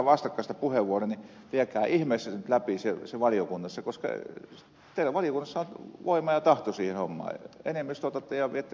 viekää ihmeessä läpi se valiokunnassa koska teillä valiokunnassa on voima ja tahto siihen hommaan